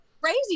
crazy